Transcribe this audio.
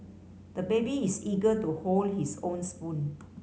the baby is eager to hold his own spoon